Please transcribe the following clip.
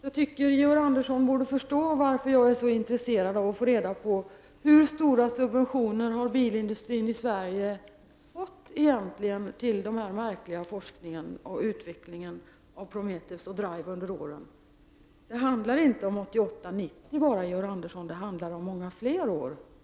Jag tycker att Georg Andersson borde förstå varför jag är så intresserad av att få reda på hur stora subventioner bilindustrin i Sverige egentligen har fått till den här märkliga forskningen och utvecklingen av Prometheus och Drive under åren. Det handlar inte bara om 1988 och 1990, Georg Andersson. Det handlar om många fler år.